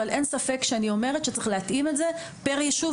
אבל אין ספק שצריך להתאים את זה פר יישוב,